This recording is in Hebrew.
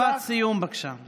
משפט סיום, בבקשה.